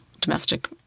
domestic